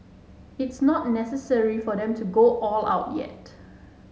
it's not necessary for them to go all out yet